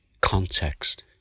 context